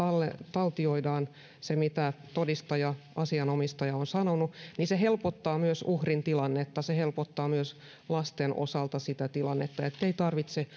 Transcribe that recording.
taltioidaan se mitä todistaja asianomistaja on sanonut se helpottaa myös uhrin tilannetta se helpottaa myös lasten osalta sitä tilannetta ettei tarvitse